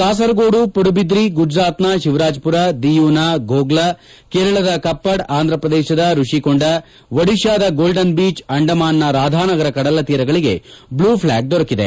ಕಾಸರಕೋಡು ಪಡುಬಿದ್ರಿ ಗುಜರಾತ್ನ ಶಿವರಾಜ್ಮರ ದಿಯೂನ ಘೋಘ್ಲಾ ಕೇರಳದ ಕಪ್ಪಡ್ ಅಂಧ್ರಪ್ರದೇಶದ ಋಷಿಕೊಂಡ ಒಡಿಶಾದ ಗೋಲ್ಡನ್ ಬೀಚ್ ಅಂಡಮಾನ್ನ ರಾಧಾನಗರ ಕಡಲತೀರಗಳಿಗೆ ಬ್ಲೂ ಫ್ಲಾಗ್ ದೊರಕಿದೆ